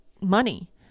money